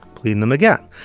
clean them again.